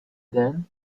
then